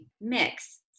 mix